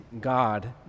God